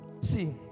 See